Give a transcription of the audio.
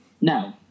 No